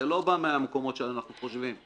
זה לא בא מהמקומות שאנחנו חושבים.